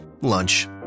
Lunch